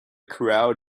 crowd